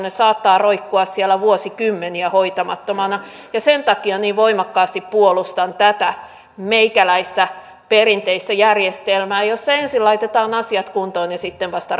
ne saattavat roikkua siellä vuosikymmeniä hoitamattomina sen takia niin voimakkaasti puolustan tätä meikäläistä perinteistä järjestelmää jossa ensin laitetaan asiat kuntoon ja sitten vasta